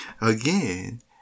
again